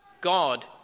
God